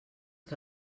que